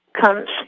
comes